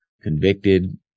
convicted